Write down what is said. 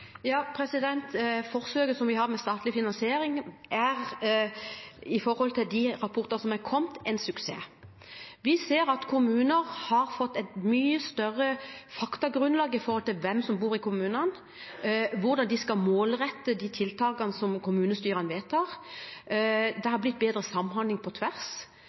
Forsøket vi har med statlig finansiering, er ifølge rapporter som har kommet, en suksess. Vi ser at kommuner har fått et mye større faktagrunnlag når det gjelder hvem som bor i kommunene, og hvordan de skal målrette tiltakene som kommunestyrene vedtar. Det har blitt bedre samhandling på tvers,